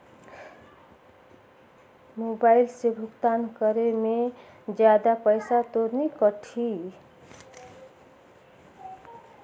Mobile से भुगतान करे मे जादा पईसा तो नि कटही?